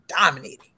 dominating